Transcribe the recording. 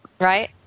right